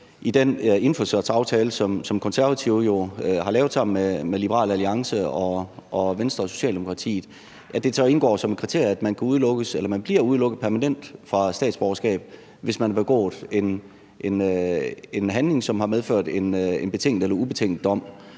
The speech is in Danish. i den indfødsretsaftale, som Konservative jo har lavet sammen med Liberal Alliance, Venstre og Socialdemokratiet, indgår som et kriterie, at man bliver udelukket permanent fra statsborgerskab, hvis man har begået en handling, som har medført en betinget eller ubetinget dom.